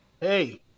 Hey